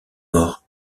mort